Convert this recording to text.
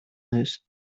news